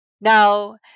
now